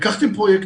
לקחתם פרויקט,